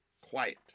quiet